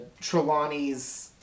Trelawney's